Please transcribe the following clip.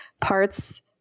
parts